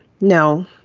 No